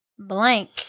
Blank